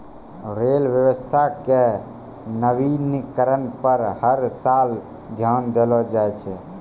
rail व्यवस्था के नवीनीकरण पर हर साल ध्यान देलो जाय छै